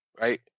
right